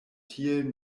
tiel